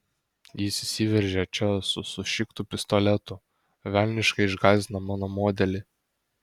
jis įsiveržia čia su sušiktu pistoletu velniškai išgąsdina mano modelį